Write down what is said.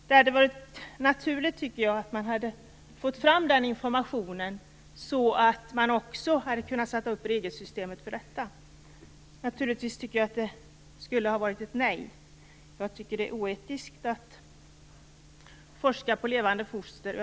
Det hade varit naturligt att informationen hade kommit fram, så att man hade kunnat sätta upp ett regelsystem för detta. Naturligtvis tycker jag att beslutet skulle ha varit ett nej. Det är oetiskt att forska på levande foster.